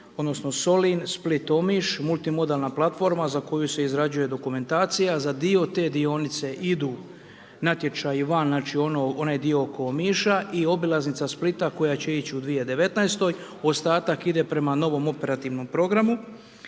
odnosno Solin, Split – Omiš, Mulitimodalna platforma za koju se izrađuje dokumentacija. Za dio te dionice idu natječaji van, znači, onaj dio oko Omiša i obilaznica Splita koja će ići u 2019.-toj. Ostatak ide prema novom operativnom programu.